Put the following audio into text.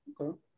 Okay